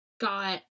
got